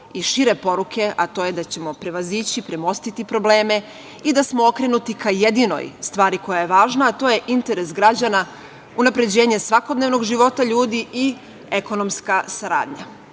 i šire poruke, a to je daćemo prevaziđi, premostiti probleme i da smo okrenuti ka jedinoj strani koja je važna, a to je interes građana, unapređenje svakodnevnog života ljudi i ekonomska saradnja.